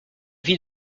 vie